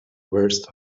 worst